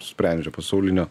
sprendžia pasaulinio